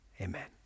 amen